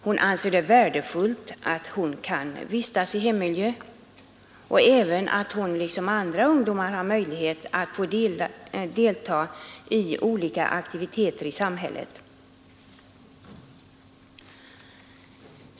Hon anser det värdefullt att flickan kan vistas i hemmiljö och, liksom andra ungdomar, ha möjlighet att delta i olika aktiviteter i samhället.